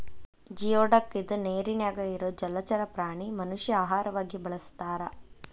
geoduck ಇದ ನೇರಿನ್ಯಾಗ ಇರು ಜಲಚರ ಪ್ರಾಣಿ ಮನಷ್ಯಾ ಆಹಾರವಾಗಿ ಬಳಸತಾರ